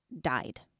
died